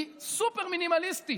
היא סופר-מינימליסטית,